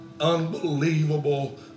unbelievable